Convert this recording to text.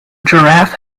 giraffe